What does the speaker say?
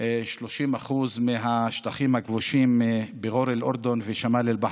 30% מהשטחים הכבושים (אומר בערבית: בבקעת הירדן וצפון ים המלח.)